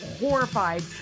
horrified